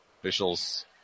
Officials